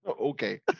Okay